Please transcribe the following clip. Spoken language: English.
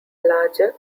larger